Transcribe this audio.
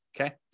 okay